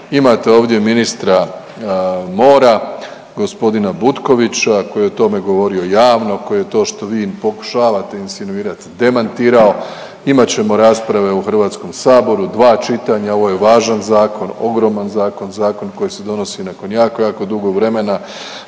Imate ovdje ministra mora g. Butkovića koji je o tome govorio javno, koji je to što vi pokušavate insinuirati demantirao. Imat ćemo rasprave u HS, dva čitanja, ovo je važan zakon, ogroman zakon, zakon koji se donosi nakon jako, jako dugo vremena,